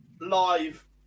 live